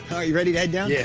you ready to head down? yeah